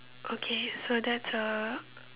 okay so that's a